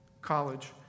college